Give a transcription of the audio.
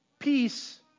Peace